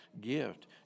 gift